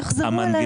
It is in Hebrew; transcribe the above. יחזרו אלינו.